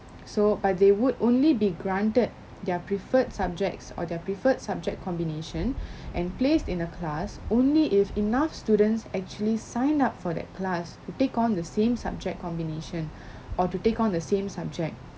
so but they would only be granted their preferred subjects or their preferred subject combination and placed in a class only if enough students actually sign up for that class to take on the same subject combination or to take on the same subject